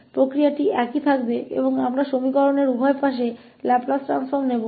तो प्रक्रिया समान रहेगी और हम इस समीकरण के दोनों ओर लाप्लास ट्रांसफॉर्म लेंगे